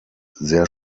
sehr